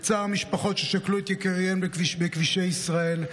בצער המשפחות ששכלו את יקיריהם בכבישי ישראל,